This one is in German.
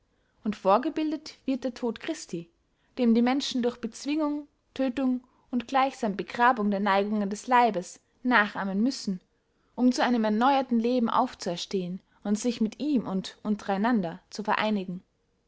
und vorgebildet wird der tod christi dem die menschen durch bezwingung tödtung und gleichsam begrabung der neigungen des leibes nachahmen müssen um zu einem erneuerten leben zu auferstehen und sich mit ihm und untereinander zu vereinigen